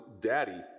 daddy